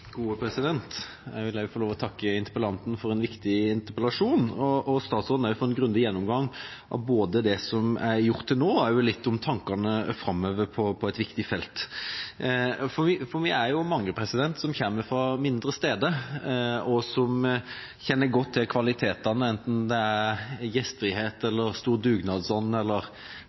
statsråden for en grundig gjennomgang av det som er gjort til nå, og litt om tankene framover på et viktig felt. Vi er mange som kommer fra mindre steder, og som kjenner godt til kvalitetene der, enten det er gjestfrihet, stor dugnadsånd, fantastiske jaktmuligheter eller